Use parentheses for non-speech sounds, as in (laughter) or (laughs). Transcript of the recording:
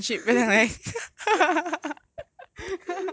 (laughs)